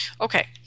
Okay